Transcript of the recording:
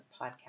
podcast